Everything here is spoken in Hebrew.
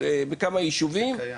זה קיים.